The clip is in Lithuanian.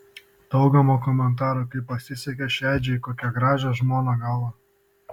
dauguma komentarų kaip pasisekė šedžiui kokią gražią žmoną gavo